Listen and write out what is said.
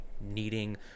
needing